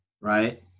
Right